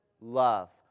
Love